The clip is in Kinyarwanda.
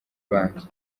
banki